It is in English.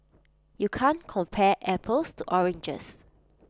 you can't compare apples to oranges